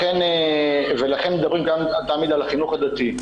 ולכן מדברים תמיד על החינוך הדתי.